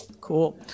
cool